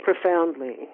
Profoundly